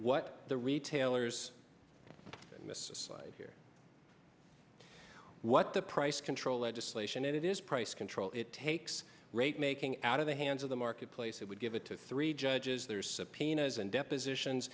what the retailers miss here what the price control legislation it is price control it takes rate making out of the hands of the marketplace it would give it to three judges there's subpoenas and depositions